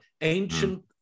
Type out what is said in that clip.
ancient